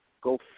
Go